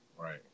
Right